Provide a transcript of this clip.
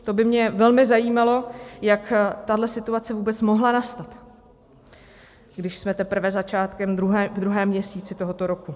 To by mě velmi zajímalo, jak tahle situace vůbec mohla nastat, když jsme teprve začátkem, v druhém měsíci tohoto roku.